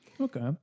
okay